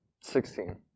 sixteen